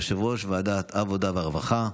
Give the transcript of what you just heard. יושב-ראש ועדת העבודה והרווחה,